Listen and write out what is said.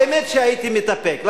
באמת שהייתי מתאפק.